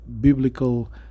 biblical